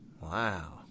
Wow